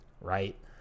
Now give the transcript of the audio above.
Right